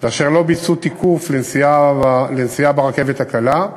ואשר לא ביצעו תיקוף לנסיעה ברכבת הקלה,